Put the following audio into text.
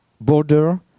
border